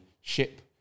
ship